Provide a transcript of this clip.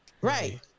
Right